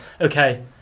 Okay